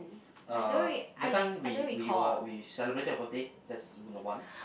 uh that time we we were we celebrated your birthday that's the one